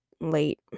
late